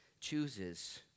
chooses